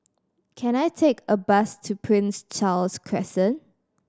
can I take a bus to Prince Charles Crescent